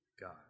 God